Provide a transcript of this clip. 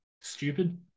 Stupid